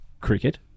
cricket